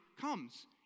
comes